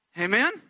Amen